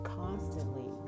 constantly